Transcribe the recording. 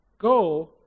Go